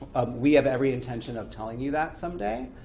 we have every intention of telling you that someday,